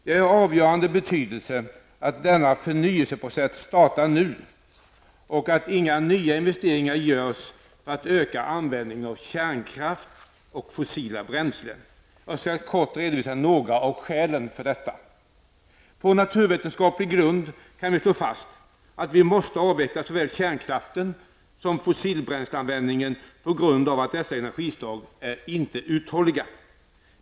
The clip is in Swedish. Det är av avgörande betydelse att denna förnyelseprocess startar nu och att inga nya investeringar görs för att öka användningen av kärnkraft och fossila bränslen. Jag skall kort redovisa några av skälen för detta. På naturvetenskaplig grund kan vi slå fast att vi måste avveckla såväl kärnkraften som fossilbränsleanvändningen på grund av att dessa energislag inte är uthålliga.